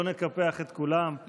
לא נקפח את כולם.